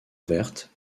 verte